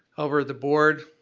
however, the board